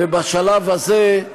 ובשלב הזה,